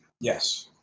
Yes